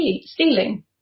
stealing